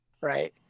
right